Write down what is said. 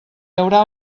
haurà